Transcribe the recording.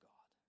God